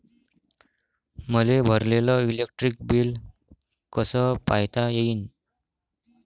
मले भरलेल electric bill कस पायता येईन?